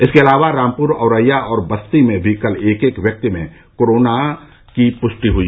इसके अलावा रामपुर औरैया और बस्ती में भी कल एक एक व्यक्ति में कोविड नाइन्टीन की पृष्टि हुई